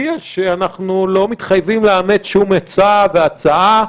מודיע שאנחנו לא מתחייבים לאמץ שום עצה והצעה,